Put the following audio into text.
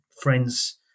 friends